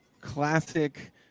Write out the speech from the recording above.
classic